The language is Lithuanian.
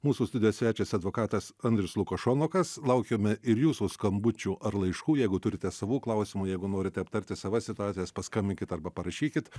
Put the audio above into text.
mūsų studijos svečias advokatas andrius lukašonokas laukiame ir jūsų skambučių ar laiškų jeigu turite savų klausimų jeigu norite aptarti savas situacijas paskambinkit arba parašykit